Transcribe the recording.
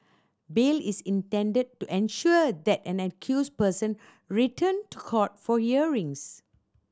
bail is intended to ensure that an accused person return to court for hearings